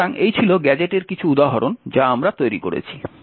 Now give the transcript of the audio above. সুতরাং এই ছিল গ্যাজেটের কিছু উদাহরণ যা আমরা তৈরি করেছি